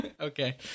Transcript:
Okay